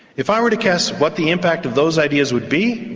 if i were to guess what the impact of those ideas would be.